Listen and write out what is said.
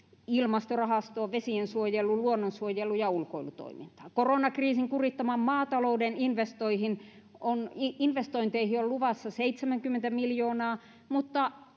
ilmastorahastoon vesiensuojeluun luonnonsuojeluun ja ulkoilutoimintaan koronakriisin kurittaman maatalouden investointeihin on investointeihin on luvassa seitsemänkymmentä miljoonaa mutta